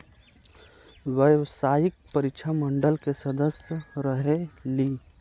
व्यावसायिक परीक्षा मंडल के सदस्य रहे ली?